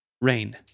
Rain